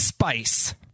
Spice